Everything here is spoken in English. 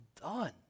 done